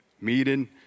Meeting